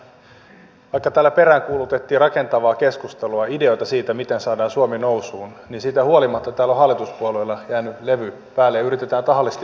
näyttää siltä että vaikka täällä peräänkuulutettiin rakentavaa keskustelua ideoita siitä miten saadaan suomi nousuun niin siitä huolimatta täällä on hallituspuolueilla jäänyt levy päälle ja yritetään tahallisesti ymmärtää väärin